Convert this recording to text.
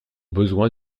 besoin